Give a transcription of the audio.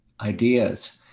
ideas